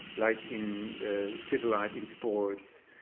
like in civil life, in sports,